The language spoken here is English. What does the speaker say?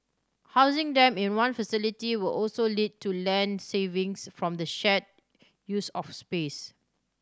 housing them in one facility will also lead to land savings from the shared use of space